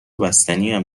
بستنیم